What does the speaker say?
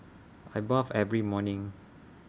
I bath every morning